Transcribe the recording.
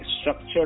structured